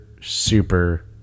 super